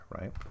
right